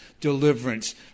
Deliverance